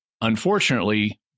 Unfortunately